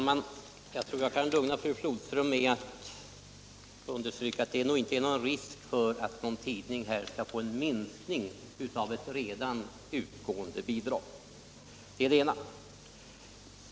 Herr talman! Jag kan lugna fru Flodström med att understryka att det inte är risk för att någon tidning skall få en minskning av ett redan utgående bidrag. — Det är det ena.